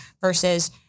versus